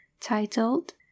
titled